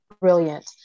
brilliant